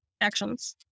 actions